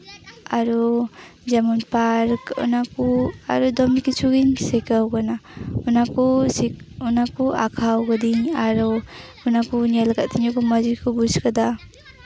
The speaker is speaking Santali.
ᱟᱨᱚ ᱡᱮᱢᱚᱱ ᱯᱟᱨᱠ ᱚᱱᱟᱠᱚ ᱟᱨᱚ ᱫᱚᱢᱮ ᱠᱤᱪᱷᱩ ᱜᱤᱧ ᱥᱤᱠᱷᱟᱹᱣ ᱠᱟᱱᱟ ᱚᱱᱟᱠᱚ ᱚᱱᱟᱠᱚ ᱟᱸᱠᱟᱣ ᱠᱟᱹᱫᱟᱹᱧ ᱟᱨᱚ ᱚᱱᱟ ᱠᱚ ᱧᱮᱞ ᱟᱠᱟᱫ ᱛᱤᱧᱟᱹ ᱠᱚ ᱢᱚᱡᱽ ᱜᱮᱠᱚ ᱵᱩᱡᱽ ᱟᱠᱟᱫᱟ